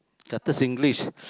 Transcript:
kata Singlish